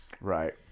right